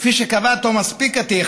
כפי שקבע תומס פיקטי,